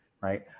right